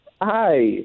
Hi